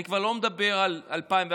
אני כבר לא מדבר על 2011,